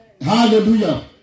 Hallelujah